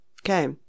Okay